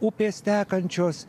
upės tekančios